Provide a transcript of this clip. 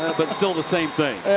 but still the same thing.